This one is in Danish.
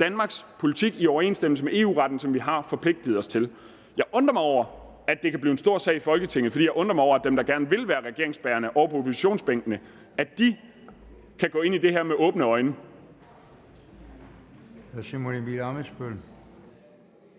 Danmarks politik i overensstemmelse med EU-retten, hvilket vi har forpligtet os til. Jeg undrer mig over, at det kan blive en stor sag i Folketinget, og jeg undrer mig over, at dem, der sidder ovre på oppositionsbænkene, og som gerne vil være regeringsbærende, kan gå ind i det her med åbne øjne. Kl. 10:18 Formanden: